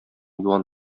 юан